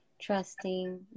trusting